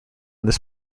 this